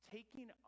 Taking